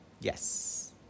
Yes